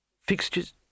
Fixtures